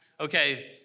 Okay